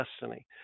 destiny